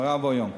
נורא ואיום.